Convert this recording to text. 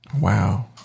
wow